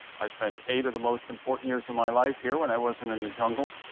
i spent eight of the most important years of my life here when i wasn't in the jungle.